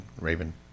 raven